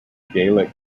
gallic